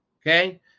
Okay